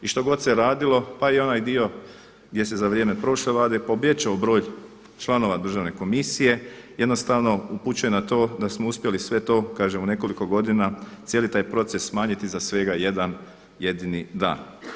I što god se radilo pa i onaj dio gdje se za vrijeme prošle Vlade povećao broj članova državne komisije jednostavno upućuje na to da smo uspjeli sve to kažem u nekoliko godina cijeli taj proces smanjiti za svega 1 jedini dan.